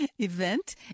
event